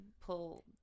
pull